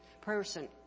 person